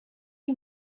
you